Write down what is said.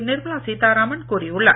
நிர்மலா சீத்தாராமன் கூறியுள்ளார்